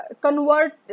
convert